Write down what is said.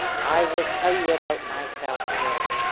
i will tell you about myself, sir,